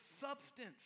substance